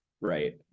right